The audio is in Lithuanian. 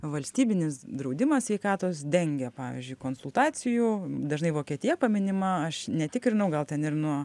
valstybinis draudimas sveikatos dengia pavyzdžiui konsultacijų dažnai vokietija paminima aš netikrinau gal ten ir nuo